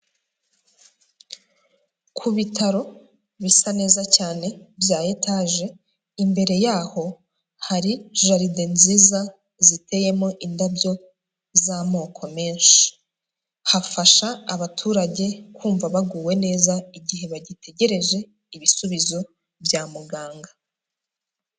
Ku bitaro bisa neza cyane bya etaje, imbere yaho hari jaride nziza ziteyemo indabyo z'amoko menshi, hafasha abaturage kumva baguwe neza igihe bagitegereje ibisubizo bya muganga.